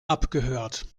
abgehört